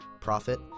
profit